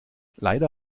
leider